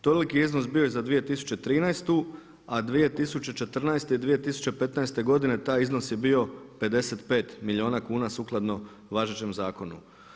Toliki je iznos bio i za 2013. a 2014. i 2015. godine taj iznos je bio 55 milijuna kuna sukladno važećem zakonu.